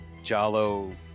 Jalo